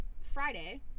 Friday